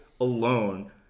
alone